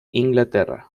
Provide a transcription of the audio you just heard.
inglaterra